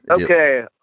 Okay